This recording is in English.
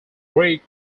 greek